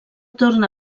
torna